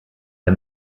der